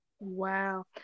wow